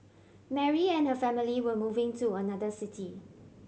Mary and her family were moving to another city